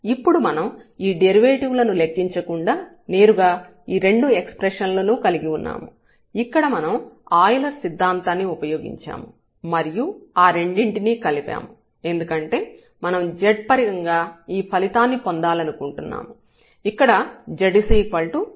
ఇప్పుడు మనం ఈ డెరివేటివ్ లను లెక్కించకుండా నేరుగా ఈ రెండు ఎక్స్ప్రెషన్ లను కలిగి ఉన్నాము ఇక్కడ మనం ఆయిలర్ సిద్ధాంతాన్ని ఉపయోగించాము మరియు ఆ రెండింటినీ కలిపాము ఎందుకంటే మనం z పరంగా ఈ ఫలితాన్ని పొందాలనుకుంటున్నాము ఇక్కడ z u1u2